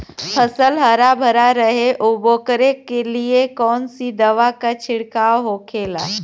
फसल हरा भरा रहे वोकरे लिए कौन सी दवा का छिड़काव होखेला?